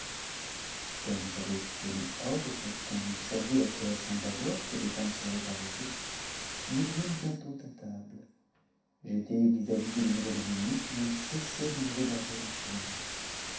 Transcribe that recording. comme j'avais donné ordre qu'on nous servit la collation d'abord que les dames seraient arrivées nous nous mîmes bientôt à table j'étais vis-à-vis de la nouvelle venue qui ne cessait de me regarder en souriant